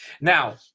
Now